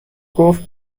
گفت